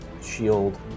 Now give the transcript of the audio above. shield